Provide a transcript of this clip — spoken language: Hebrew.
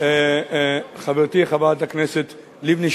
חברתי חברת הכנסת לבני,